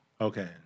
Okay